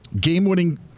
game-winning